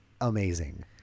amazing